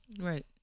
Right